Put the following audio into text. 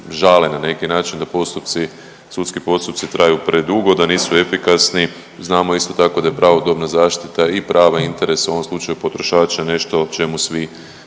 žale na neki način da postupci, sudski postupci traju predugo, da nisu efikasni, znamo isto tako da je pravodobna zaštita i prava i interesa u ovom slučaju potrošača nešto o čemu svi